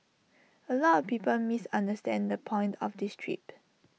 A lot of people misunderstand the point of this trip